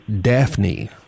Daphne